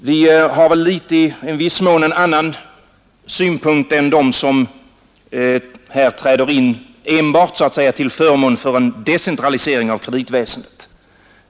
Vi har väl i viss mån en annan synpunkt än de som här träder in enbart så att säga till förmån för en decentralisering av kreditväsendet.